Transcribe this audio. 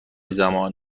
زمان